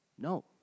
No